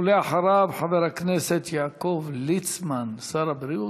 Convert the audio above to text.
ואחריו, חבר הכנסת יעקב ליצמן, שר הבריאות.